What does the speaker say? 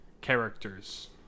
characters